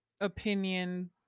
opinion